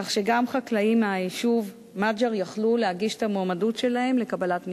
כך שגם חקלאים מהיישוב מע'אר יכלו להגיש את המועמדות שלהם לקבלת מכסה.